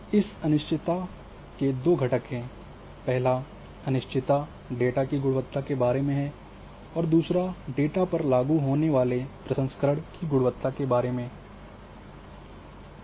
इस अनिश्चितता को दो घटक हैं पहली अनिश्चितता डेटा की गुणवत्ता के बारे में है और दूसरी डेटा पर लागू होने वाले प्रसंस्करण की गुणवत्ता के बारे में है